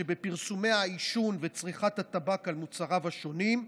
שבפרסומי העישון ובצריכת הטבק על מוצריו השונים,